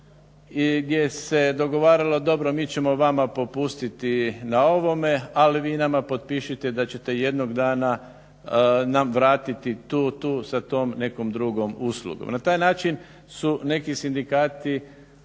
i gdje se dogovaralo dobro, mi ćemo vama popustiti na ovome, ali vi nama potpišite da ćete jednog dana nam vratiti tu i tu sa tom nekom drugom uslugom. Na taj način neki sindikati